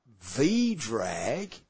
V-Drag